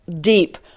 deep